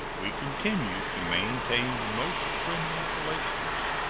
we continue to maintain the most friendly relations.